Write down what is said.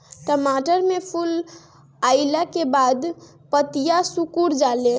टमाटर में फूल अईला के बाद पतईया सुकुर जाले?